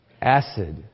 Acid